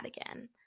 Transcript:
again